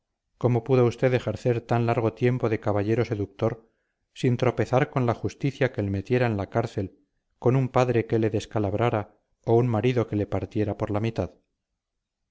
cómo pudo usted ejercer tan largo tiempo de caballero seductor sin tropezar con la justicia que le metiera en la cárcel con un padre que le descalabrara o un marido que le partiera por la mitad